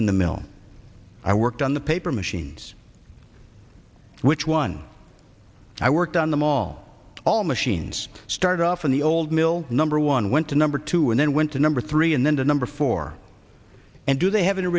in the mill i worked on the paper machines which one i worked on the mall all machines started off in the old mill number one went to number two and then went to number three and then to number four and do they have an